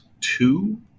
two